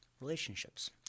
relationships